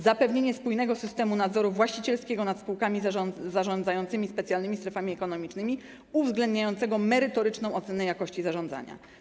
Zapewnienie spójnego systemu nadzoru właścicielskiego nad spółkami zarządzającymi specjalnymi strefami ekonomicznymi, uwzględniającego merytoryczną ocenę jakości zarządzania.